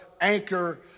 anchor